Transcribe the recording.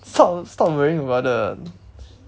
stop stop worrying about the